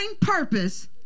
purpose